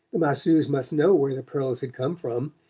the masseuse must know where the pearls had come from,